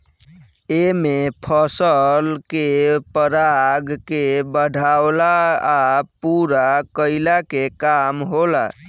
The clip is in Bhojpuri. एमे फसल के पराग के बढ़ावला आ पूरा कईला के काम होला